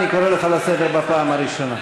אני קורא אותך לסדר בפעם הראשונה.